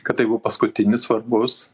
kad tai buvo paskutinis svarbus